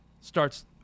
starts